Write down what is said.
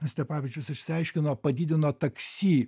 stepavičius išsiaiškino padidino taksi